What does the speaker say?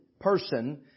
person